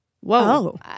Whoa